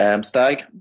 Stag